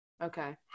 Okay